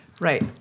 Right